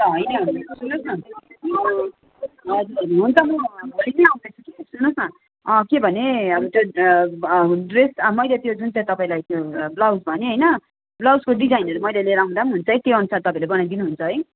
अन्त होइन सुन्नु होस् न यो हजुर हुन्छ म भोलि नै आउँदैछु कि सुन्नु होस् न के भने अब त्यो ड्रेस मैले त्यो जुन चाहिँ तपाईँलाई त्यो ब्लाउज भने होइन ब्लाउजको डिजाइनहरू मैले लिएर आउँदा हुन्छ है त्यो अनुसार तपाईँले बनाइदिनु हुन्छ है